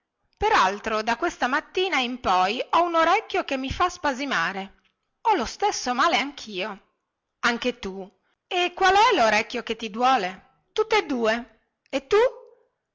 altro da questa mattina in poi ho un orecchio che mi fa spasimare ho lo stesso male anchio anche tu e qual è lorecchio che ti duole tutte due e tu